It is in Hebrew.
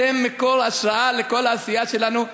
אתם מקור השראה לכל העשייה שלנו.